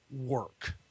work